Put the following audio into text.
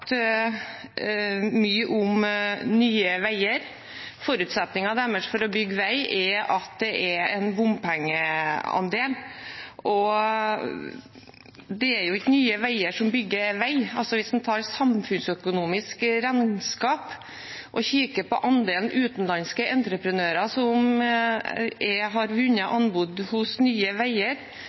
mye om Nye Veier. Forutsetningen deres for å bygge vei er at det er en bompengeandel. Det er jo ikke Nye Veier som bygger vei. Hvis man tar et samfunnsøkonomisk regnskap og ser på andelen utenlandske entreprenører som har vunnet anbud hos Nye Veier,